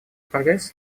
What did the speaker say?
прогресс